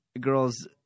girls